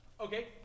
Okay